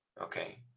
okay